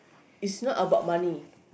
is not about money